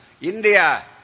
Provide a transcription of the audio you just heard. India